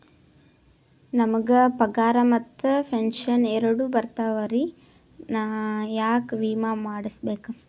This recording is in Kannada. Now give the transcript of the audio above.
ನಮ್ ಗ ಪಗಾರ ಮತ್ತ ಪೆಂಶನ್ ಎರಡೂ ಬರ್ತಾವರಿ, ನಾ ಯಾಕ ವಿಮಾ ಮಾಡಸ್ಬೇಕ?